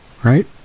Right